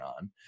on